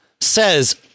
says